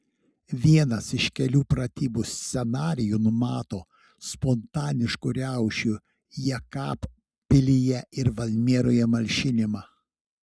vienas iš kelių pratybų scenarijų numato spontaniškų riaušių jekabpilyje ir valmieroje malšinimą